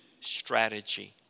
strategy